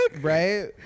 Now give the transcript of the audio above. Right